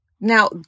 now